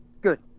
good